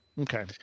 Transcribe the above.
Okay